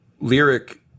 Lyric